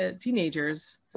teenagers